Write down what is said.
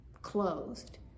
closed